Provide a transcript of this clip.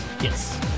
Yes